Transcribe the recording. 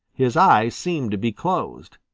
his eyes seemed to be closed.